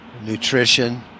Nutrition